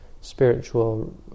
spiritual